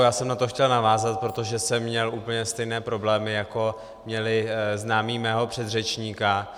Já jsem na to chtěl navázat, protože jsem měl úplně stejné problémy, jako měli známí mého předřečníka.